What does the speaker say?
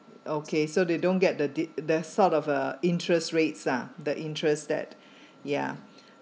okay so they don't get the they the sort of uh interest rates uh the interest that ya